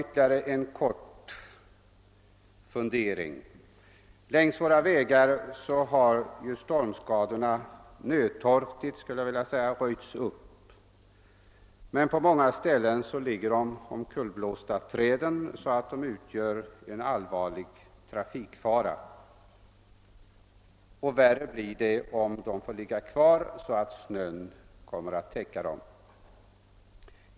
Ytterligare en liten fundering. Längs våra vägar har stormskadorna nödtorftigt, skulle jag vilja säga, röjts upp, men på många ställen ligger de omkullblåsta träden så, att de utgör en allvarlig trafikfara. än värre blir det om träden får ligga kvar, så att snön kommer att täcka dem.